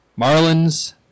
Marlins